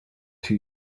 too